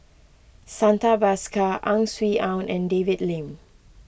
Santha Bhaskar Ang Swee Aun and David Lim